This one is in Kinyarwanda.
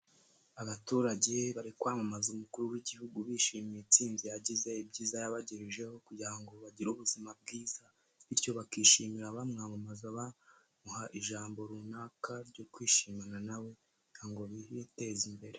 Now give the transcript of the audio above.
Abaturage bari kwamamaza umukuru w'igihugu bishimiye intsinzi yagize, ibyiza yabagejejeho kugira ngo bagire ubuzima bwiza, bityo bakishimira abamwamamaza bamuha ijambo runaka ryo kwishimana nawe we kugira ngo biteze imbere.